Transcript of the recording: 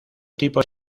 tipos